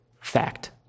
Fact